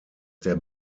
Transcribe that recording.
der